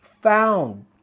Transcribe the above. found